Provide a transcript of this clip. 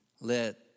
Let